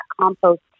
compost